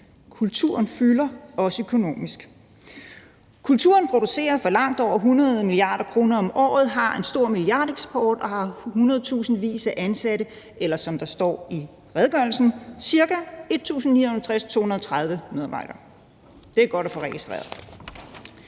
Kulturen fylder også økonomisk. Kulturen producerer for langt over 100 mia. kr. om året, har en stor milliardeksport og har hundredtusindvis af ansatte, eller som der står i redegørelsen: ca. 169.203 medarbejdere. Det er godt at få registreret.